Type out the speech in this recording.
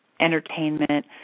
entertainment